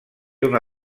una